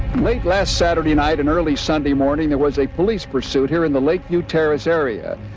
late last saturday night and early sunday morning there was a police pursuit here in the lake view terrace area.